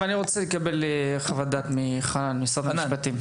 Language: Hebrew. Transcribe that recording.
מירב, אני רוצה לקבל חוות דעת ממשרד המשפטים.